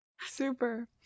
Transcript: Super